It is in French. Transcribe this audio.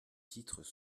titres